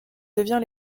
devient